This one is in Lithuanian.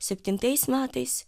septintais metais